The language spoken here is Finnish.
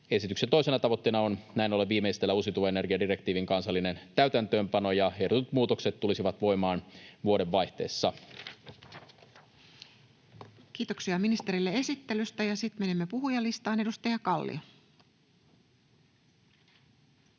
Esityksen toisena tavoitteena on näin ollen viimeistellä uusiutuvan energian direktiivin kansallinen täytäntöönpano, ja ehdotetut muutokset tulisivat voimaan vuodenvaihteessa. Kiitoksia ministerille esittelystä, ja sitten menemme puhujalistaan. — Edustaja Kallio.